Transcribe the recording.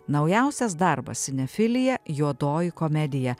naujausias darbas cinefilija juodoji komedija